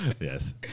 yes